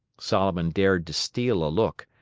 solomon dared to steal a look,